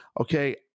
Okay